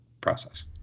process